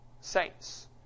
saints